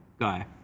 guy